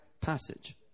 passage